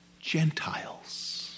Gentiles